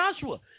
Joshua